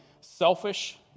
selfish